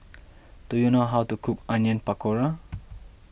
do you know how to cook Onion Pakora